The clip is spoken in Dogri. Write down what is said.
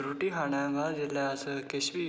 रुट्टी खानै दे बाद जिसलै अस किश बी खाइयै